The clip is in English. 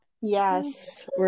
Yes